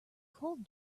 cold